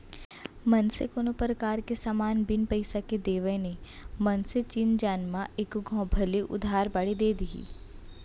मनसे कोनो परकार के समान बिन पइसा के देवय नई मनसे चिन जान म एको घौं भले उधार बाड़ी दे दिही